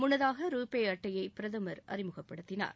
முன்னதாக ரூபே அட்டையை பிரதமர் அறிமுகப்படுத்தினார்